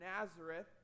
Nazareth